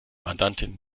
mandantin